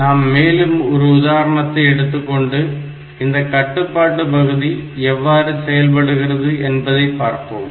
நாம் மேலும் ஒரு உதாரணத்தை எடுத்துக்கொண்டு இந்த கட்டுப்பாட்டு பகுதி எவ்வாறு செயல்படுகிறது என்பதை பார்ப்போம்